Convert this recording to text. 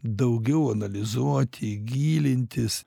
daugiau analizuoti gilintis